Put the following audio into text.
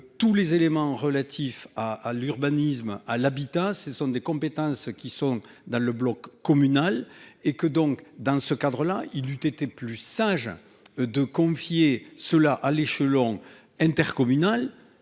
tous les éléments relatifs à à l'urbanisme à l'habitat. Ce sont des compétences qui sont dans le bloc communal et que donc dans ce cadre-là, il eut été plus sage. De confier cela à l'échelon intercommunal